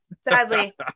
sadly